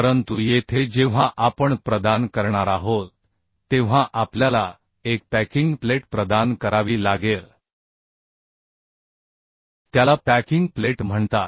परंतु येथे जेव्हा आपण प्रदान करणार आहोत तेव्हा आपल्याला एक पॅकिंग प्लेट प्रदान करावी लागेल त्याला पॅकिंग प्लेट म्हणतात